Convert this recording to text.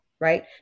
right